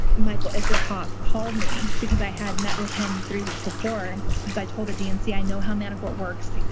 michael isikoff called me, because i had met with him three weeks before, because i told the dnc, i know how manafort works.